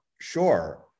sure